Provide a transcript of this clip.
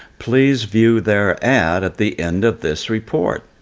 please view their ad at the end of this report.